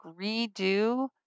redo